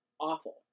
awful